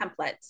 templates